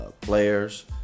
players